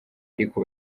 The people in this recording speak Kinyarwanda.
ariko